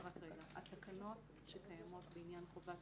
נועה, סליחה, רגע, התקנות שקיימות בעניין חובת